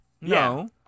No